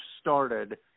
started